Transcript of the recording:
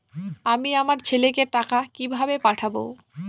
আমি আমার ছেলেকে টাকা কিভাবে পাঠাব?